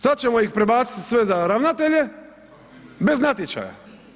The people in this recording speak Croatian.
Sada ćemo ih prebaciti sve za ravnatelja bez natječaja.